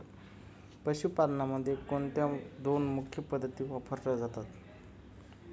पशुपालनामध्ये कोणत्या दोन मुख्य पद्धती वापरल्या जातात?